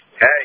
Hey